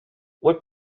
what